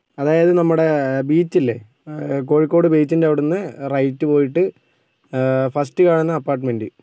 അതായത് നമ്മുടെ അ ബീച്ചില്ലേ കോഴിക്കോട് ബീച്ചിൻ്റെ അവിടുന്ന് റൈറ്റ് പോയിട്ട് ഫസ്റ്റ് കാണുന്ന അപാർട്ട്മെൻറ്